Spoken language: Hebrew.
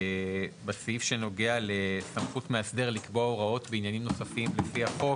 בסעיף שנוגע לסמכות המאסדר לקבוע הוראות בעניינם נוספים לפי החוק.